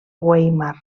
weimar